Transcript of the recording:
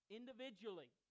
individually